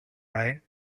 right